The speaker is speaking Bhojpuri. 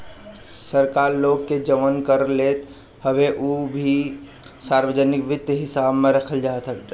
सरकार लोग से जवन कर लेत हवे उ के भी सार्वजनिक वित्त हिसाब में रखल जात बाटे